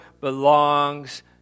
belongs